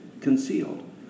concealed